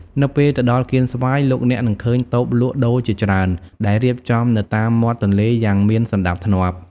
នៅពេលទៅដល់កៀនស្វាយ លោកអ្នកនឹងឃើញតូបលក់ដូរជាច្រើនដែលរៀបចំនៅតាមមាត់ទន្លេយ៉ាងមានសណ្តាប់ធ្នាប់។